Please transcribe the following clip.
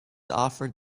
offered